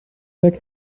deck